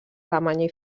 alemanya